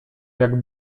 jak